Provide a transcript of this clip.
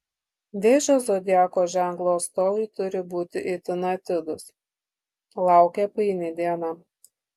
vėžio zodiako ženklo atstovai turi būti itin atidūs laukia paini diena